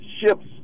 ships